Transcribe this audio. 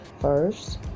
first